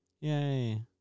Yay